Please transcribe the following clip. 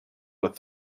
with